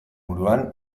buruan